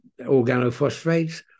organophosphates